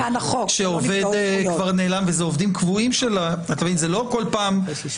כאן מדובר באנשים, שבשלוש